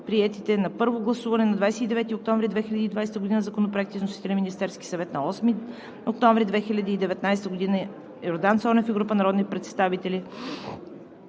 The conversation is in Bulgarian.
на първо гласуване на 29 октомври 2020 г. законопроекти с вносители – Министерски съвет, на 8 октомври 2019 г.; Йордан Цонев и група народни представители,